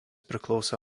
priklauso